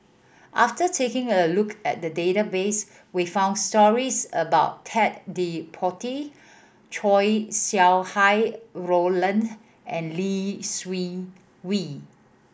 after taking a look at the database we found stories about Ted De Ponti Chow Sau Hai Roland and Lee Seng Wee